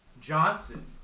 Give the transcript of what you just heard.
Johnson